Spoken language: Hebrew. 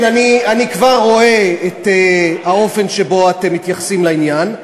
אני כבר רואה את האופן שבו אתם מתייחסים לעניין.